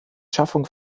schaffung